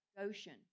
ocean